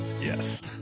yes